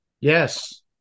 Yes